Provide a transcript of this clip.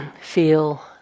feel